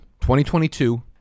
2022